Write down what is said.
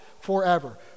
forever